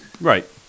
Right